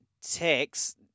text